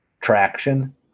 traction